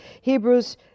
Hebrews